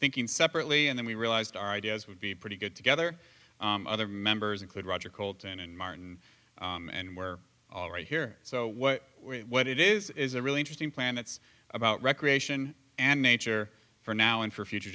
thinking separately and then we realized our ideas would be pretty good together other members include roger colton and martin and were already here so what it is is a really interesting planets about recreation and nature for now and for future